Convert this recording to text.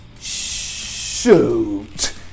Shoot